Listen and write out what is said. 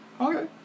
Okay